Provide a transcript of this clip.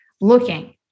looking